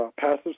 passive